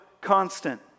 constant